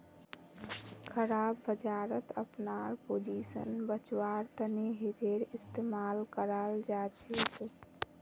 खराब बजारत अपनार पोजीशन बचव्वार तने हेजेर इस्तमाल कराल जाछेक